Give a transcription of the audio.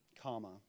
comma